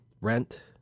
rent